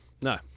No